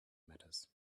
matters